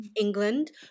England